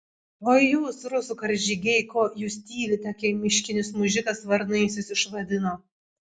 oi jūs rusų karžygiai ko jūs tylite kai miškinis mužikas varnais jus išvadino